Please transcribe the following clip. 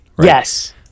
Yes